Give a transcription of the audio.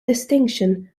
distinction